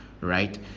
right